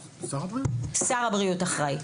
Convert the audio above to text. שר הבריאות אחראי.